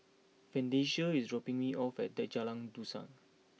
Francesca is dropping me off at Jalan Dusan